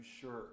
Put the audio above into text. sure